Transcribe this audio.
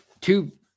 two